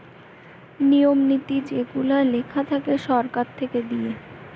নিয়ম নীতি যেগুলা লেখা থাকে সরকার থেকে দিয়ে